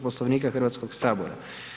Poslovnika Hrvatskog sabora.